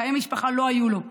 חיי משפחה לא היו לו.